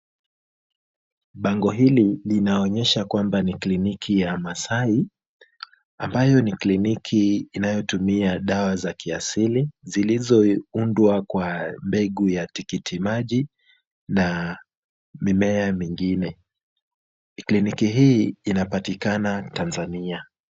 Bango hili linaonyesha kwamba ni kliniki ya Maasai ambayo ni kliniki inayotumia dawa za kiasili zilizoundwa kwa mbegu ya tikitimaji na mimea mingine. Kliniki hii inapatikana Tanzania.